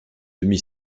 demi